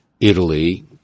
Italy